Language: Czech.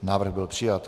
Návrh byl přijat.